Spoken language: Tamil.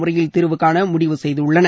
முறையில் தீர்வு காண முடிவு செய்துள்ளன